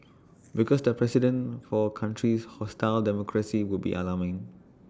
because the precedent for countries hostile democracy would be alarming